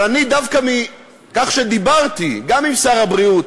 אבל אני, דווקא מכך שדיברתי גם עם שר הבריאות,